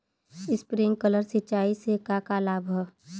Sprinkler सिंचाई से का का लाभ ह?